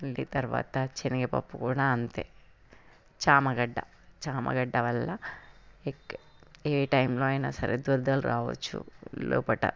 దీని తర్వాత శనగపప్పు కూడా అంతే చామగడ్డ చామగడ్డ వల్ల ఏ టైంలో అయినా సరే దురదలు రావచ్చు లోపల